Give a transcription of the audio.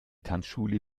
tanzschule